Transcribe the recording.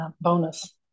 bonus